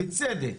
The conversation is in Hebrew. בצדק,